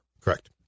correct